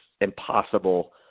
impossible